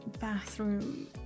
bathroom